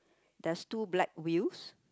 there's two black wheels